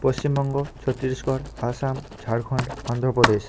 Paschimbanga Chhattisgarh Assam Jharkhand Andhra Pradesh